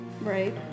Right